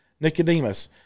Nicodemus